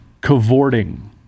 cavorting